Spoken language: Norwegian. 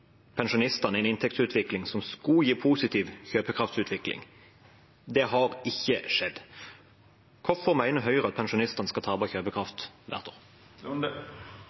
pensjonistene en inntektsutvikling som skulle gi positiv kjøpekraftsutvikling. Det har ikke skjedd. Hvorfor mener Høyre at pensjonistene skal tape kjøpekraft